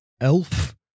elf